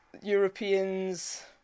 Europeans